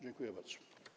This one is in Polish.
Dziękuję bardzo.